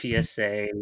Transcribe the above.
PSA